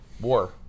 War